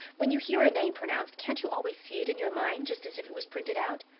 when you hear a name pronounced can't you always see it in your mind, just as if it was printed out?